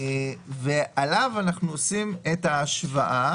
ועליו אנחנו עושים את ההשוואה